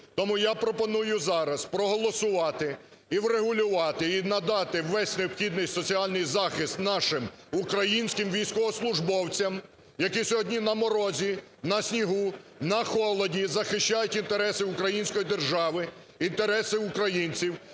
Тому я пропоную зараз проголосувати і врегулювати, і надати весь необхідний соціальний захист нашим українським військовослужбовцям, які сьогодні на морозі, на снігу, на холоді захищають інтереси української держави, інтереси українців.